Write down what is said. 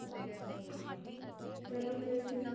ਹਾਂਜੀ ਹਾਂਜੀ ਚਲੋ ਫ਼ਿਰ ਜੀ